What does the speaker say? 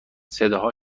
صداها